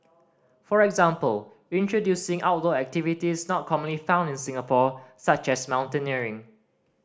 for example introducing outdoor activities not commonly found in Singapore such as mountaineering